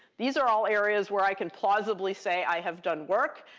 these are all areas where i can plausibly say i have done work.